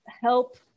help